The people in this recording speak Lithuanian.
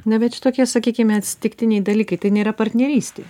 na bet šitokie sakykime atsitiktiniai dalykai tai nėra partnerystė